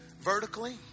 Vertically